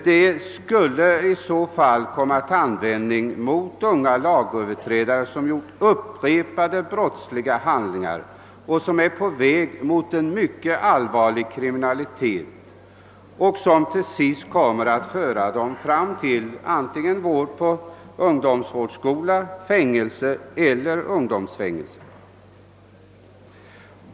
Det skulle i så fall komma till användning mot unga lagöverträdare som gjort upprepade brottsliga handlingar och som är på väg mot en mycket allvarlig kriminalitet vilken till sist kommer att föra dem till vård på ungdomsvårdsskola, fängelse eller ungdomsfängelse.